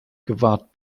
gewahrt